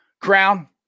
Crown